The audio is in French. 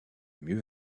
mieux